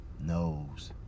knows